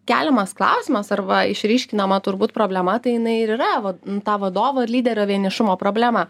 keliamas klausimas arba išryškinama turbūt problema tai jinai ir yra va tą vadovą ir lyderio vienišumo problema